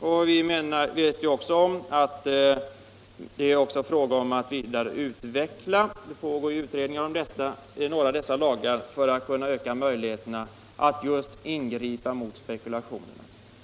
Det bör även vara möjligt att vidareutveckla en del av dessa Nr 41 lagar — det pågår ju utredningar om detta — för att öka möjligheterna Onsdagen den att ingripa mot spekulationen.